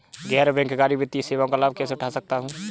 गैर बैंककारी वित्तीय सेवाओं का लाभ कैसे उठा सकता हूँ?